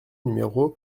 numéro